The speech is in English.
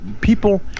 people